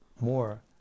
more